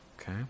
okay